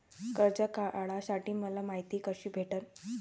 कर्ज काढासाठी मले मायती कशी भेटन?